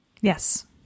Yes